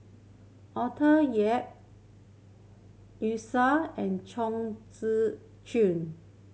Arthur Yap and Chong